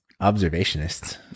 observationists